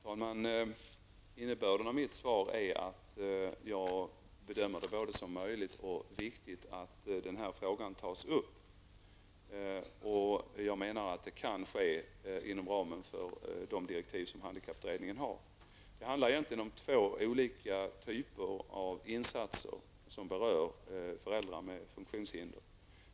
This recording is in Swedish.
Fru talman! Innebörden av mitt svar är att jag bedömer det som både möjligt och viktigt att frågan tas upp. Jag menar att det kan ske inom ramen för de direktiv som handikapputredningen har fått. Det handlar egentligen om två olika typer av insatser som berör föräldrar med funktionshinder.